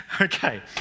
Okay